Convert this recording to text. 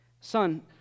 Son